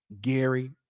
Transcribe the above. Gary